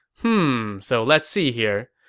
hmm, so let's see here.